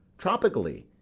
tropically.